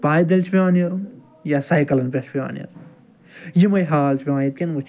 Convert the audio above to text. پایدٔلۍ چھُ پیٚوان نیرُن یا سایکَلَن پٮ۪ٹھ چھِ پیٚوان نیرُن یِمٔے حال چھِ پیٚوان ییٚتکیٚن وُچھِنۍ